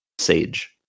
sage